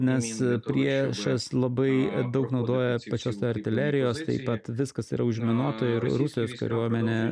nes priešas labai daug naudoja pačios artilerijos taip pat viskas yra užminuota ir rusijos kariuomenė